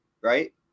right